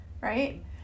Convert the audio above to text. right